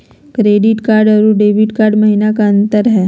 Credit card अरू debit card महिना का अंतर हई?